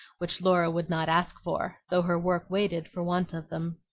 which laura would not ask for, though her work waited for want of them.